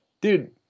dude